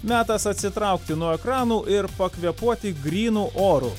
metas atsitraukti nuo ekranų ir pakvėpuoti grynu oru